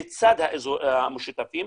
לצד האזורים המשותפים?